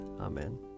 Amen